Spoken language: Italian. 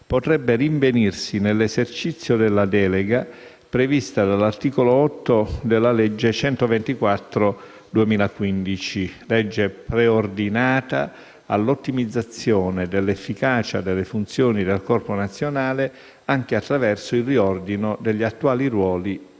potrebbe rinvenirsi nell'esercizio della delega prevista dall'articolo 8 della citata legge n. 124 del 2015, preordinata all'ottimizzazione dell'efficacia delle funzioni del Corpo nazionale, anche attraverso il riordino degli attuali ruoli e qualifiche